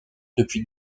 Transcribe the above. depuis